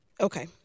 okay